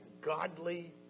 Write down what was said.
godly